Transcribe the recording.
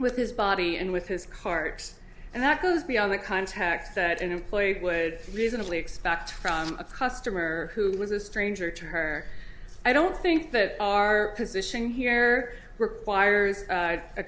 with his body and with his carts and that was beyond the context that an employee would reasonably expect from a customer who was a stranger to her i don't think that our position here were wires a